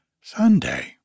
Sunday